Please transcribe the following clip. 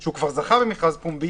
שהוא כבר זכה במכרז פומבי